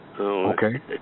okay